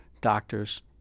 doctors